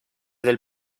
del